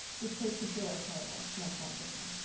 this place can feel like paradise much more of the time.